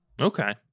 Okay